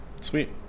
sweet